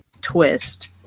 twist